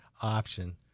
option